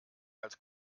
als